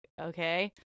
okay